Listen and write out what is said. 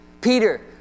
Peter